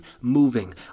moving